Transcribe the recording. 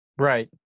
Right